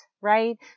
right